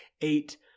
eight